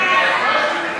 59,